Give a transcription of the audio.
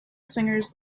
singers